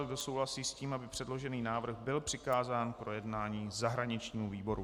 Kdo souhlasí s tím, aby předložený návrh byl přikázán k projednání zahraničnímu výboru?